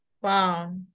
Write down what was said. wow